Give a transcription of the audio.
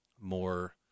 more